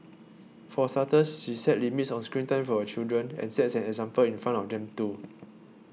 for starters she set limits on screen time for her children and sets an example in front of them too